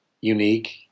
unique